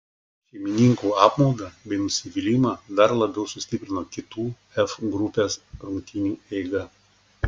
šeimininkų apmaudą bei nusivylimą dar labiau sustiprino kitų f grupės rungtynių eiga